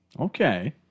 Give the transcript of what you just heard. Okay